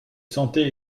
santé